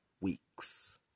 weeks